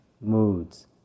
moods